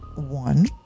one